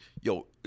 Yo